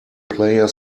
player